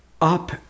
Up